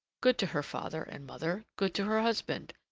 good to her father and mother, good to her husband,